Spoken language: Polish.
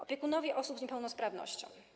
Opiekunowie osób z niepełnosprawnością.